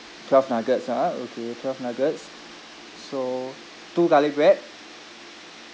twelve nuggets ah okay twelve nuggets so two garlic bread